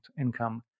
income